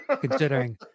Considering